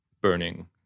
burning